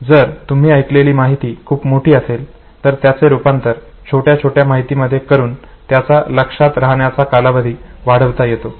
जर तुम्ही ऐकलेली माहिती खूप मोठी असेल तर त्याचे रूपांतर छोट्या छोट्या माहितीमध्ये करून त्याचा लक्षात राहण्याचा कालावधी वाढविता येतो